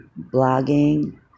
blogging